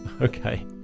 Okay